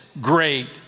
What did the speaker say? great